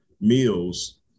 meals